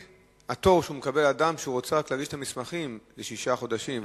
התור שמקבל אדם שרוצה להגיש מסמכים הוא שישה חודשים.